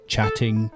Chatting